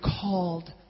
called